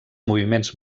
moviments